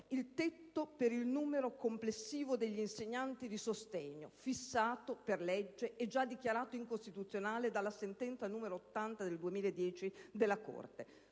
il tetto per il numero complessivo degli insegnanti di sostegno, fissato per legge e già dichiarato incostituzionale dalla sentenza della Corte